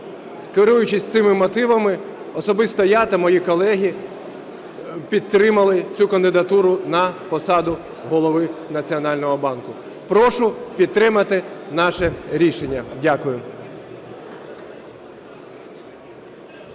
керуючись цими мотивами, особисто я та мої колеги підтримали цю кандидатуру на посаду Голови Національного банку. Прошу підтримати наше рішення. Дякую.